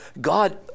God